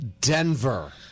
Denver